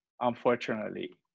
unfortunately